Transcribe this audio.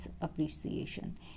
appreciation